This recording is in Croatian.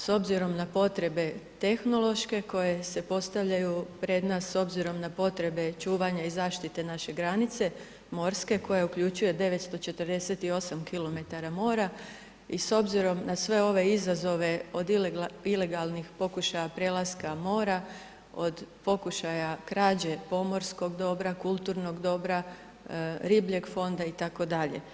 S obzirom na potrebe tehnološke koje se postavljaju pred nas s obzirom na potrebe čuvanja i zaštite naše morske granice koja uključuje 948 kilometara mora i s obzirom na sve ove izazove od ilegalnih pokušaja prelaska mora, od pokušaja krađe pomorskog dobra, kulturnog dobra, ribljeg fonda itd.